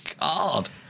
God